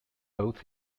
both